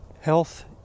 health